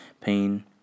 pain